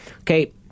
Okay